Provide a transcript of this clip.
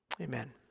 Amen